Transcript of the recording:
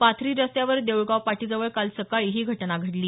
पाथरी रस्त्यावर देऊळगाव पाटीजवळ काल सकाळी ही घटना घडली